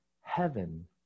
heaven